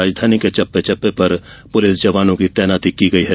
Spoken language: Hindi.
राजधानी के चप्पे चप्पे पर पुलिस जवानों की तैनाती की गई है